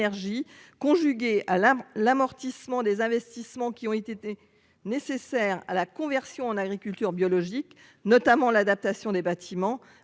conjuguée à la l'amortissement des investissements qui ont été nécessaires à la conversion en agriculture biologique notamment l'adaptation des bâtiments